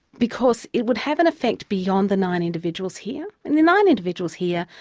because it would have an effect beyond the nine individuals here. and the nine individuals here,